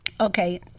Okay